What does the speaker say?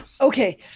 Okay